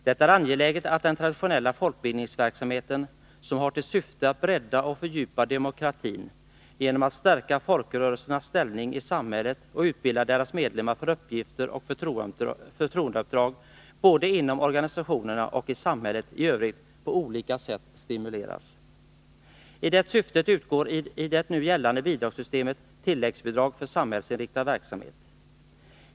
Det är viktigt att den traditionella folkbildningsverksamheten, som har till syfte att bredda och fördjupa demokratin genom att stärka folkrörelsernas ställning i samhället och utbilda deras medlemmar för uppgifter och förtroendeuppdrag både inom organisationerna och i samhället i övrigt, på olika sätt stimuleras. I det syftet utgår i det nu gällande bidragssystemet tilläggsbidrag för samhällsinriktad verksamhet.